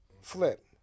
Flip